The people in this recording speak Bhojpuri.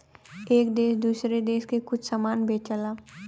एक देस दूसरे देस के कुछ समान बेचला